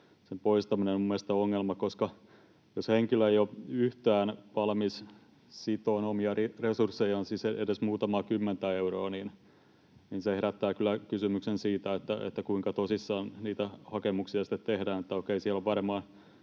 Sen poistaminen on minun mielestäni ongelma, koska jos henkilö ei ole yhtään valmis sitomaan omia resurssejaan, siis edes muutamaa kymmentä euroa, niin se herättää kyllä kysymyksen siitä, kuinka tosissaan niitä hakemuksia sitten tehdään. Okei, siellä on varmaan